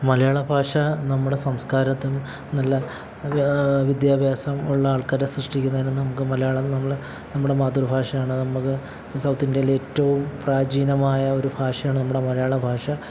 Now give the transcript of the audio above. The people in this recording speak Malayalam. മലയാള ഭാഷ നമ്മുടെ സംസ്കാരത്തിന് നല്ല വിദ്യാഭ്യാസമുള്ള ആൾക്കാരെ സൃഷ്ടിക്കുന്നതിനും നമുക്ക് മലയാളം നമ്മൾ നമ്മുടെ മാതൃഭാഷയാണ് നമുക്ക് സൗത്ത് ഇന്ത്യയിലെ ഏറ്റവും പ്രാചീനമായൊരു ഭാഷയാണ് നമ്മുടെ മലയാള ഭാഷ